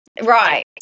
right